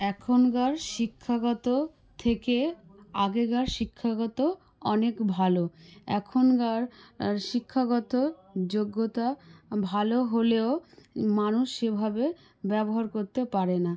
এখনকার শিক্ষাগত থেকে আগেকার শিক্ষাগত অনেক ভালো এখনকার শিক্ষাগত যোগ্যতা ভালো হলেও মানুষ সেভাবে ব্যবহার করতে পারে না